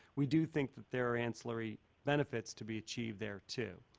we do think that they're ancillary benefits to be achieved there too.